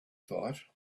thought